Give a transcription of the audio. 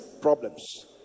problems